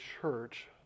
church